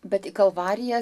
bet į kalvariją